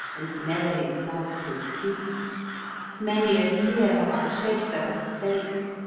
and never his love could see many a teare have i shed for her sake,